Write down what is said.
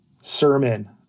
sermon